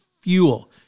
fuel